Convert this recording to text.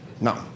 No